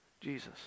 Jesus